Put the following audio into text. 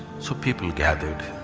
so people gathered.